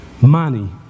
Money